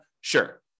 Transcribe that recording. Sure